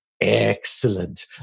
Excellent